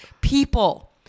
people